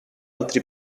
altri